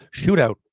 shootout